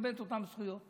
ולקבל את אותן זכויות.